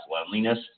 loneliness